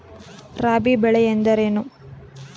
ರಾಬಿ ಬೆಳೆ ಎಂದರೇನು?